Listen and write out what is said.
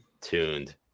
tuned